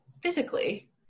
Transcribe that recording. physically